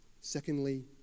Secondly